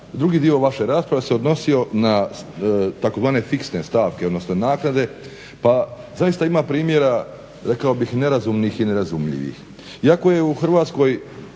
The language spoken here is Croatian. Drugi dio vaše rasprave se odnosio na tzv. fiksne stavke, odnosno naknade, pa zaista ima primjera rekao bih nerazumnih i nerazumljivih. Iako je u Hrvatskoj